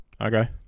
Okay